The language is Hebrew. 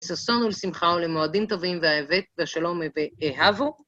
ששונו לשמחה ולמועדים טובים וההיבט, ושלום ואהבו.